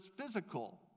physical